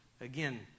again